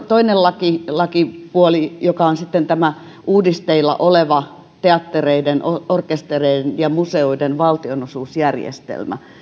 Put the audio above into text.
toinen lakipuoli joka on sitten uudisteilla oleva teattereiden orkestereiden ja museoiden valtionosuusjärjestelmä